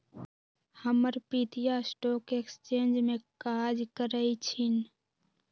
हमर पितिया stock exchange में काज करइ छिन्ह